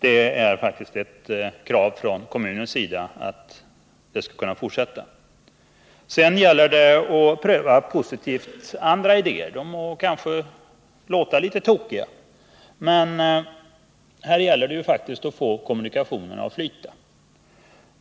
Det är faktiskt ett krav från kommunens sida att trafiken med passagerarbåtarna skall kunna fortsätta. Man måste också positivt pröva andra idéer. De må verka litet tokiga, men här gäller det ju att få kommunikationerna att flyta.